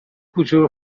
کوچه